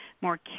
more